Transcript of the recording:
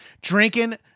Drinking